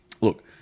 look